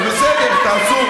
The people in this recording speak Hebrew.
אז בסדר, תעשו.